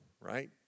right